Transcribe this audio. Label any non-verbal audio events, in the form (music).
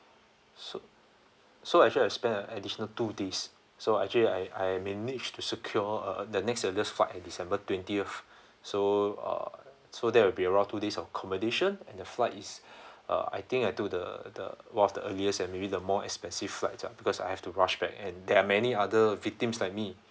so so actually I spend an additional two days so actually I I managed to secure a the next available flight at december twentieth (breath) so uh so there will be around two days of accommodation and the flight is (breath) uh I think I do the the one of the earliest and maybe the more expensive flights ah because I have to rush back and there are many other victims like me